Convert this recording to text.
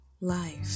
life